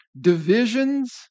divisions